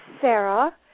Sarah